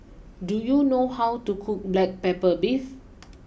do you know how to cook Black Pepper Beef